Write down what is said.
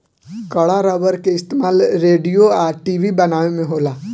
कड़ा रबड़ के इस्तमाल रेडिओ आ टी.वी बनावे में होला